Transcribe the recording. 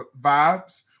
vibes